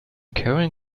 karen